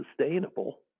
sustainable